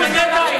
יחד נשנה את השיטה,